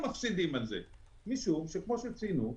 משום שכמו שציינו,